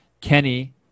Kenny